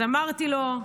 אז אמרתי לו: